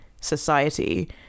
society